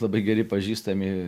labai geri pažįstami